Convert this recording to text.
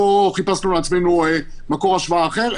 לא חיפשנו לעצמנו מקור השוואה אחר,